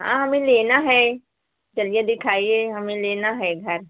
हाँ हमें लेना है चलिए दिखाइए हमें लेना है घर